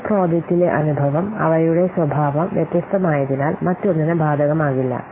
ഒരു പ്രോജക്റ്റിലെ അനുഭവം അവയുടെ സ്വഭാവം വ്യത്യസ്തമായതിനാൽ മറ്റൊന്നിന് ബാധകമാകില്ല